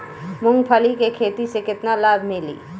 मूँगफली के खेती से केतना लाभ मिली?